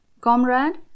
Comrade